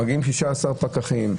מגיעים 16 פקחים,